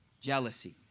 Jealousy